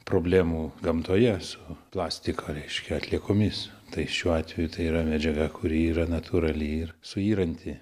problemų gamtoje su plastiko reiškia atliekomis tai šiuo atveju tai yra medžiaga kuri yra natūrali ir suyranti